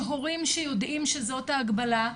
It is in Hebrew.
שהורים שיודעים שזאת ההגבלה,